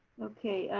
okay.